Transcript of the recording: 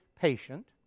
patient